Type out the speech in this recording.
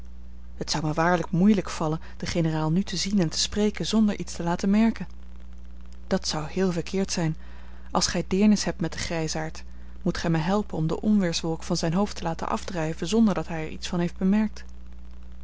het zou mij waarlijk moeielijk vallen den generaal nu te zien en te spreken zonder iets te laten merken dat zou heel verkeerd zijn als gij deernis hebt met den grijsaard moet gij mij helpen om de onweerswolk van zijn hoofd te laten afdrijven zonder dat hij er iets van heeft bemerkt